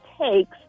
takes